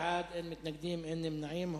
תשעה בעד, אין מתנגדים, אין נמנעים.